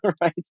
right